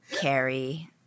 Carrie